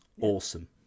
awesome